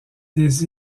des